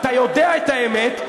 ואתה יודע את האמת,